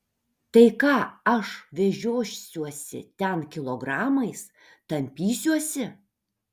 tai ką aš vežiosiuosi ten kilogramais tampysiuosi